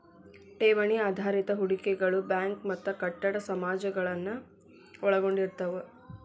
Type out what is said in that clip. ಠೇವಣಿ ಆಧಾರಿತ ಹೂಡಿಕೆಗಳು ಬ್ಯಾಂಕ್ ಮತ್ತ ಕಟ್ಟಡ ಸಮಾಜಗಳನ್ನ ಒಳಗೊಂಡಿರ್ತವ